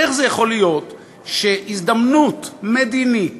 איך זה יכול להיות שהזדמנות מדינית